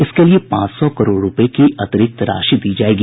इसके लिए पांच सौ करोड रूपये की अतिरिक्त राशि दी जाएगी